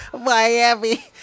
Miami